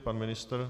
Pan ministr?